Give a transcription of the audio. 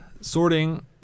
sorting